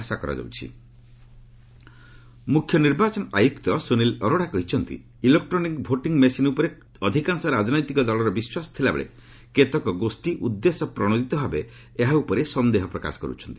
CEC EVM ମୁଖ୍ୟ ନିର୍ବାଚନ ଆୟୁକ୍ତ ସୁନିଲ୍ ଅରୋଡ଼ା କହିଛନ୍ତି ଇଲେକ୍ଟ୍ରୋନିକ୍ ଭୋଟିଂ ମେସିନ୍ ଉପରେ ଅଧିକାଂଶ ରାଜନୈତିକ ଦକର ବିଶ୍ୱାସ ଥିଲାବେଳେ କେତେକ ଗୋଷୀ ଉଦ୍ଦେଶ୍ୟ ପ୍ରଣୋଦିତ ଭାବେ ଏହା ଉପରେ ସନ୍ଦେହ ପ୍ରକାଶ କରୁଛନ୍ତି